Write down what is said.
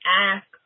ask